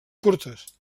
curtes